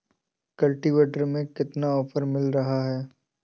Cultivator में कितना offer मिल रहा है?